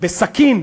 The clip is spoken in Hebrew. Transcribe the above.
בסכין,